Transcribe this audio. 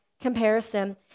comparison